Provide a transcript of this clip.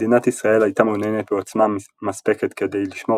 מדינת ישראל הייתה מעוניינת בעוצמה מספקת כדי לשמור